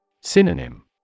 Synonym